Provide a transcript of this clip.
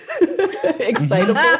Excitable